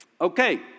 Okay